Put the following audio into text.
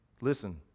Listen